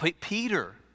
Peter